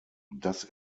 das